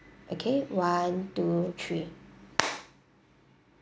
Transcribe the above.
okay one two three